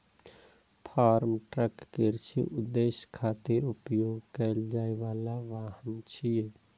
farm truck कृषि उद्देश्य खातिर उपयोग कैल जाइ बला वाहन छियै